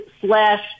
slash